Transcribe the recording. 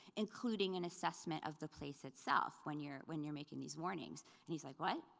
including an assessment of the place itself when you're when you're making these warnings? and he's like, what,